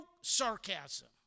sarcasm